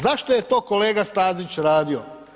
Zašto je to kolega Stazić radio?